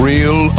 Real